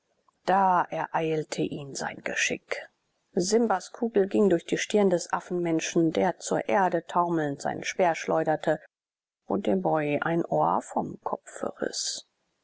da ereilte ihn sein geschick simbas kugel ging durch die stirn des affenmenschen der zur erde taumelnd seinen speer schleuderte und dem boy ein ohr vom kopfe riß